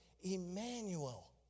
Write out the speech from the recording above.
Emmanuel